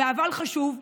ואבל חשוב,